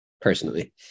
personally